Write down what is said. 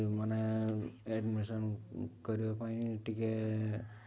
ଇଏ ମାନେ ଆଡ଼ମିସନ୍ କରିବା ପାଇଁ ଟିକେ